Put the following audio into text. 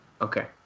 Okay